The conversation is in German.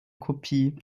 kopie